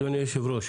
אדוני היושב-ראש,